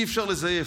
אי-אפשר לזייף.